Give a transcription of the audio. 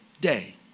day